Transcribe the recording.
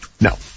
No